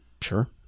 sure